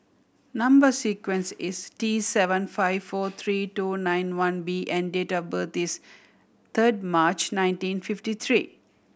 number sequence is T seven five four three two nine one B and date of birth is third March nineteen fifty three